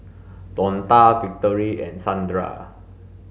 Donta Victory and Sandra